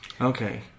Okay